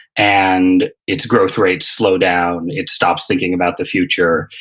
and its growth rates slow down, it stops thinking about the future,